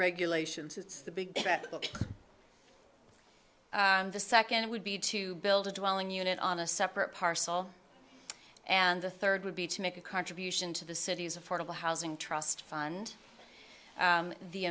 regulations it's the big the second would be to build a dwelling unit on a separate parcel and the third would be to make a contribution to the city's affordable housing trust fund